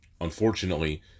Unfortunately